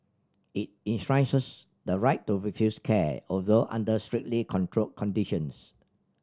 it enshrines the right to refuse care although under strictly controlled conditions